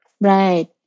Right